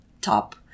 top